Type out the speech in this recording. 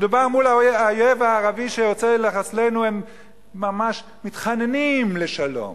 כשמדובר מול האויב הערבי שרוצה לחסלנו הם ממש מתחננים לשלום,